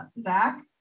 Zach